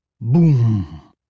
Boom